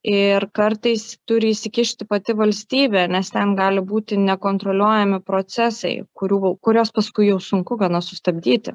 ir kartais turi įsikišti pati valstybė nes ten gali būti nekontroliuojami procesai kurių kuriuos paskui jau sunku gana sustabdyti